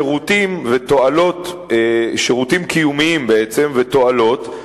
שירותים קיומיים ותועלות,